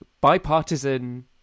bipartisan